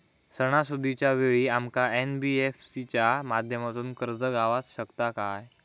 सणासुदीच्या वेळा आमका एन.बी.एफ.सी च्या माध्यमातून कर्ज गावात शकता काय?